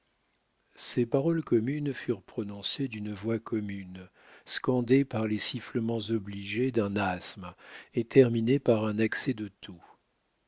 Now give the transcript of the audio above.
ces paroles communes furent prononcées d'une voix commune scandée par les sifflements obligés d'un asthme et terminée par un accès de toux